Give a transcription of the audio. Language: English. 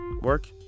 work